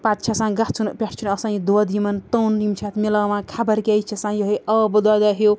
پَتہٕ چھُ آسان گژھُن پٮ۪ٹھ چھُنہٕ آسان یہِ دۄدھ یِمَن توٚن یِم چھِ اَتھ مِلاوان خبر کیٛاہ یہِ چھُ آسان یِہوے آبہٕ دۄدھہ ہیٚو